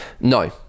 no